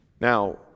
Now